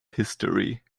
history